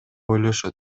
ойлошот